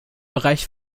bereich